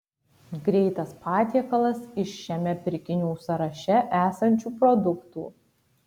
greitas patiekalas iš šiame pirkinių sąraše esančių produktų